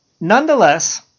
Nonetheless